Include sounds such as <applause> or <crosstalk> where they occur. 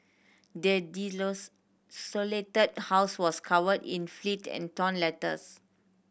the <unintelligible> house was covered in fleet and torn letters